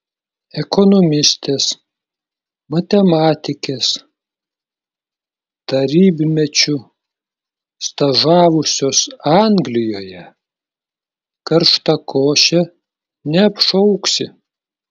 ekonomistės matematikės tarybmečiu stažavusios anglijoje karštakoše neapšauksi